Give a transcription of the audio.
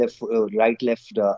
right-left